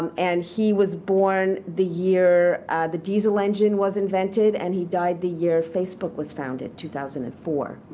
um and he was born the year the diesel engine was invented. and he died the year facebook was founded, two thousand and four,